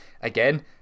Again